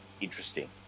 interesting